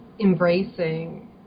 embracing